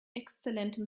exzellentem